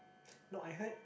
no I've heard